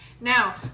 Now